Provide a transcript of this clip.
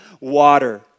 water